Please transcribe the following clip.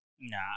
Nah